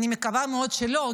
אני מקווה מאוד שלא,